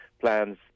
plans